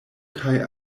kaj